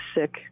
sick